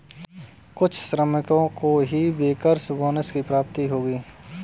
कुछ श्रमिकों को ही बैंकर्स बोनस की प्राप्ति होगी